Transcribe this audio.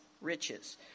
riches